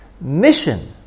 mission